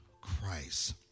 Christ